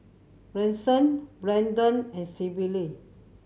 Bryson Branden and Syble